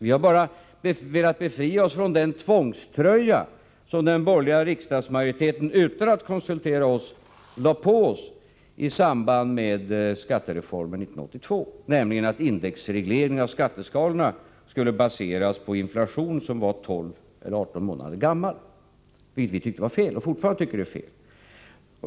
Vi har bara velat befria oss från den tvångströja som den borgerliga riksdagsmajoriteten— utan att konsultera oss — lade på oss i samband med skattereformen 1982, nämligen att indexregleringen av skatteskalorna skulle baseras på en inflation som var 12 eller 18 månader gammal. Det tyckte vi var fel, och vi tycker fortfarande att det är fel.